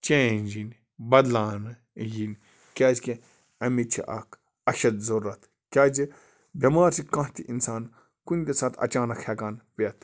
change یِنۍ بَدلاونہٕ یِنۍ کیٛازکہِ اَمِچ چھِ اَکھ اَشَد ضوٚرَتھ کیٛازِ بٮ۪مار چھِ کانٛہہ تہِ اِنسان کُنۍ تہِ ساتہٕ اچانک ہٮ۪کان پٮ۪تھ